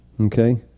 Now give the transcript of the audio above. okay